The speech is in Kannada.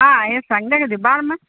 ಹಾಂ ಇವತ್ತು ಸಂಡೆ ಇದೆ ಬಾರಮ್ಮಾ